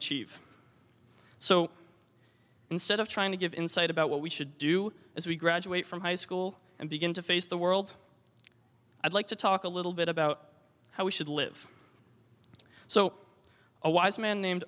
achieve so instead of trying to give insight about what we should do as we graduate from high school and begin to face the world i'd like to talk a little bit about how we should live so a wise man named